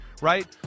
Right